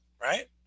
right